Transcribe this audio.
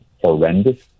horrendous